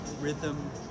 rhythm